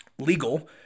legal